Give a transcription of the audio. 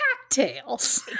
cocktails